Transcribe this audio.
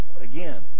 Again